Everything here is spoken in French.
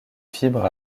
fibres